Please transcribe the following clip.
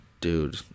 Dude